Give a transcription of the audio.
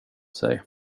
sig